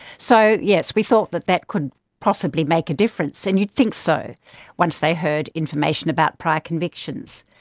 so yes, we thought that that could possibly make a difference, and you'd think so once they heard information about prior convictions.